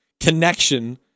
connection